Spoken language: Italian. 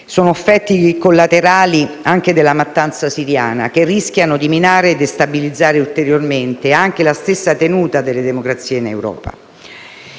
Sono effetti collaterali anche della mattanza siriana che rischiano di minare e destabilizzare ulteriormente anche la stessa tenuta delle democrazie in Europa.